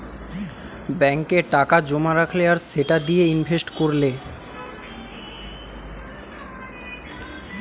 ব্যাংকে টাকা জোমা রাখলে আর সেটা দিয়ে ইনভেস্ট কোরলে